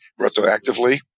retroactively